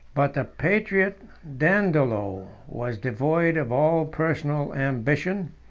but the patriot dandolo was devoid of all personal ambition,